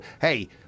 hey